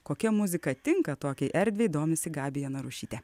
kokia muzika tinka tokiai erdvei domisi gabija narušytė